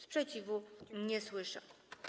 Sprzeciwu nie słyszę.